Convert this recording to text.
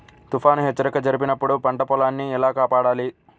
తుఫాను హెచ్చరిక జరిపినప్పుడు పంట పొలాన్ని ఎలా కాపాడాలి?